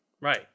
Right